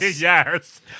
yes